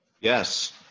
Yes